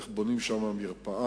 איך בונים שם מרפאה,